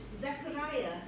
Zechariah